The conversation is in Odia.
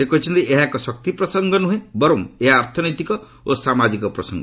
ସେ କହିଛନ୍ତି ଏହା ଏକ ଶକ୍ତି ପ୍ରସଙ୍ଗ ନ୍ରହେଁ ବରଂ ଏହା ଅର୍ଥନୈତିକ ଓ ସାମାଜିକ ପ୍ରସଙ୍ଗ